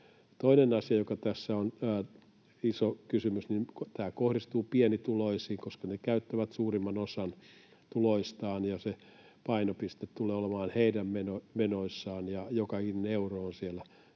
Toinen asia, joka tässä on iso kysymys, on se, että tämä kohdistuu pienituloisiin, koska he käyttävät suurimman osan tuloistaan, ja se painopiste tulee olemaan heidän menoissaan. Joka ikinen euro on siellä isossa